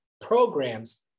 programs